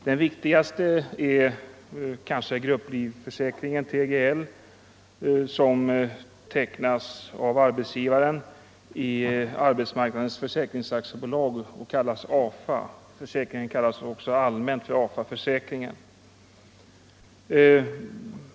Den viktigaste är kanske tjänstegrupplivförsäkringen, TGL, som tecknas av arbetsgivaren i Arbetsmarknadens försäkringsbolag, AFA; försäkringen kallas också allmänt för AFA-försäkringen.